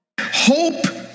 hope